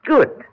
Good